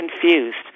confused